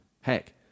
Heck